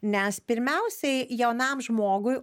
nes pirmiausiai jaunam žmogui